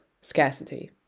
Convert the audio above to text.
scarcity